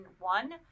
one